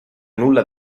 nulla